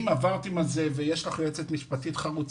אם עברתם על זה ויש לך יועצת משפטית חרוצה,